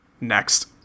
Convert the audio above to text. Next